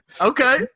Okay